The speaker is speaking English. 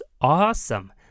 awesome